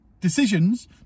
decisions